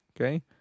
Okay